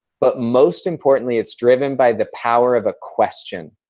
but, most importantly, it's driven by the power of a question.